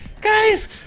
guys